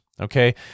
okay